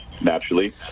naturally